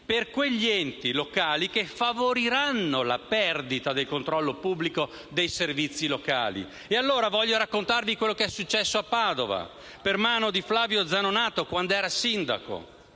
per quegli enti locali che favoriranno la perdita del controllo pubblico dei servizi locali. E allora voglio raccontarvi quello che è successo a Padova per mano del sindaco Flavio Zanonato.